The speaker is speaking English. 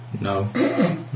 No